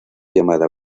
llamada